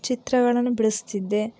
ಚಿತ್ರಗಳನ್ನು ಬಿಡಿಸ್ತಿದ್ದೆ